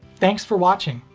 thanks for watching.